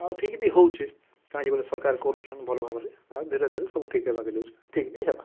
ଆଉ ଠିକ୍ ବି ହଉଛେ ବୋଲେ ସରକାର୍ କରୁଛନ୍ ଭଲ ଭାବରେ ଆର୍ ଧୀରେ ଧୀରେ ସବୁ ଠିକ୍ ହେବାକେ ଯାଉଛେ ଠିକ୍ ବି ହେବା